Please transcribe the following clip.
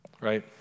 right